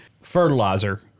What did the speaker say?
Fertilizer